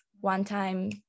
one-time